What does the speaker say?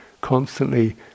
constantly